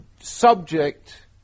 subject